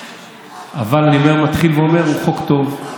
אבל אני מתחיל ואומר: הוא חוק טוב,